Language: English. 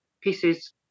pieces